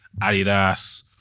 Adidas